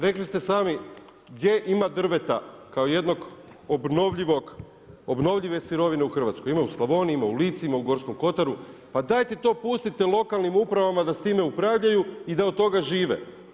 Rekli ste sami gdje ima drveta kao jednog obnovljive sirovine u Hrvatskoj, ima u Slavoniji, ima u Lici, ima u Gorskom kotaru, pa dajte to pustite lokalnim upravama da s time upravljaju i da od toga žive.